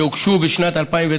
שהוגשו בשנת 2009,